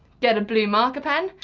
get a blue marker pen,